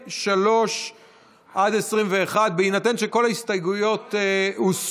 סעיפים 3 21. בהינתן שכל ההסתייגויות הוסרו